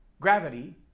Gravity